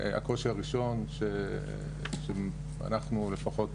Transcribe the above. הקושי הראשון שאנחנו לפחות,